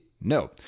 No